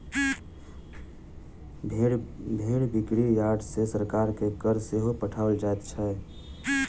भेंड़ बिक्री यार्ड सॅ सरकार के कर सेहो पठाओल जाइत छै